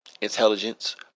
Intelligence